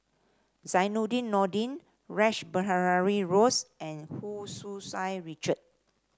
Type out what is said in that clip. Zainudin Nordin Rash Behari Bose and Hu Tsu Richard